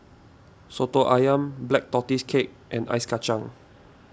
Soto Ayam Black Tortoise Cake and Ice Kachang